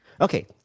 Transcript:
Okay